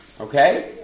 okay